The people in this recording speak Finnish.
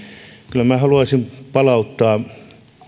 kyllä minä haluaisin palauttaa